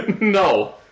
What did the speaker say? No